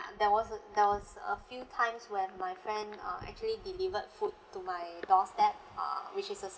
there was a there was a few times when my friend uh actually delivered food to my doorstep uh which is a